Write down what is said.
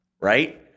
Right